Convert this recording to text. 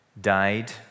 died